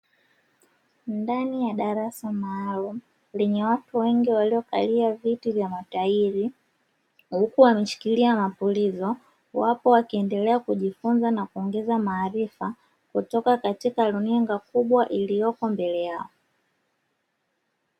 Ndani ya darasa maalumu yenye watu wengi waliokalia viti vya matairi huku wameshikilia mapulizo, wapo wakiendelea kujifunza na kuongeza maarifa kutoka katika runinga kubwa iliyopo mbele yao.